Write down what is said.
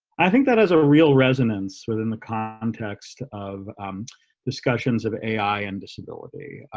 i think that has a real resonance within the context of discussions of ai and disability.